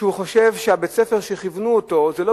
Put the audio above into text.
שהם חושבים שבית-הספר שכיוונו אותו אליו